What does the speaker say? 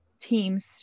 teams